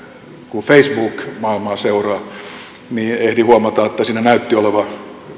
kun facebook maailmaa seuraa niin ehdin huomata että siinä näytti olevan